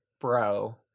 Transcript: bro